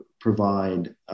provide